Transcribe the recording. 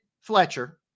Fletcher